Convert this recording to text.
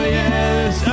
yes